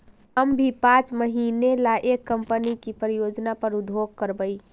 हम भी पाँच महीने ला एक कंपनी की परियोजना पर उद्योग करवई